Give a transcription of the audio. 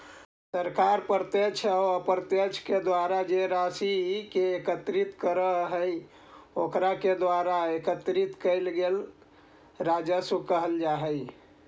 सरकार प्रत्यक्ष औउर अप्रत्यक्ष के द्वारा जे राशि के एकत्रित करवऽ हई ओकरा के द्वारा एकत्रित कइल गेलई राजस्व कहल जा हई